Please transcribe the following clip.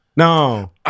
No